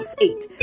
eight